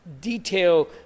detail